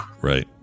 Right